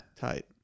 Tight